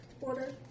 order